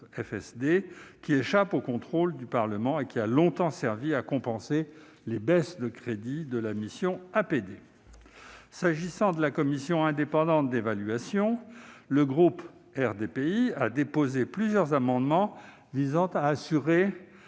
qui échappe au contrôle du Parlement et a longtemps servi à compenser la baisse des crédits de la mission « Aide publique au développement ». S'agissant de la commission indépendante d'évaluation, le groupe RDPI a déposé plusieurs amendements visant à assurer